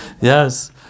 Yes